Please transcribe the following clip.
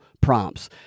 prompts